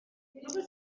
den